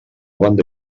banda